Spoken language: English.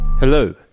Hello